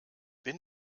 bin